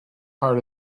part